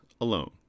alone